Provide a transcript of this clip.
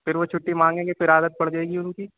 پھر وہ چھٹّی مانگیں گے پھر عادت پڑ جائے گی اُن کی